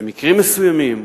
במקרים מסוימים,